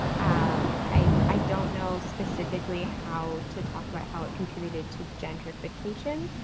um i i don't know specifically how to talk about how it contributed to gentrification,